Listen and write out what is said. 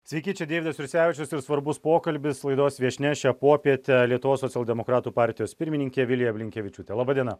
sveiki čia deividas jursevičius ir svarbus pokalbis laidos viešnia šią popietę lietuvos socialdemokratų partijos pirmininkė vilija blinkevičiūtė laba diena